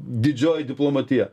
didžioji diplomatija